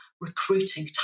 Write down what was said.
recruiting